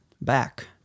back